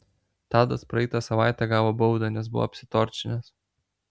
tadas praeitą savaitę gavo baudą nes buvo apsitorčinęs